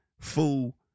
fool